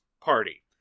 party